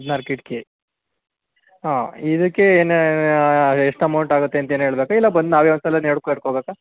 ಹದಿನಾರು ಕಿಟಕಿ ಹಾಂ ಇದಕ್ಕೆ ಏನು ಎಷ್ಟು ಅಮೌಂಟ್ ಆಗುತ್ತೆ ಅಂತೇನು ಹೇಳ್ಬೇಕಾ ಇಲ್ಲ ಬಂದು ನಾವೇ ಒಂದುಸಲ ನೋಡ್ಕೊ ಇಟ್ಕೋಬೇಕ